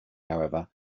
however